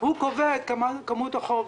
קובע את כמות החוב.